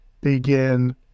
begin